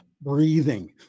breathing